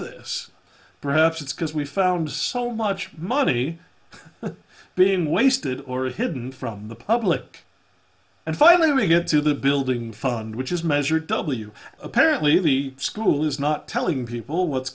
this perhaps it's because we found so much money being wasted or hidden from the public and finally we get to the building fund which is measure w apparently the school is not telling people what's